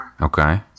Okay